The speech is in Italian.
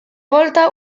volta